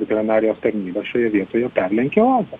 veterinarijos tarnyba šioje vietoje perlenkė lazdą